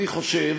אני רוצה